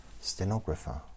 Stenographer